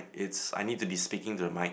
it's I need to be speaking to the mic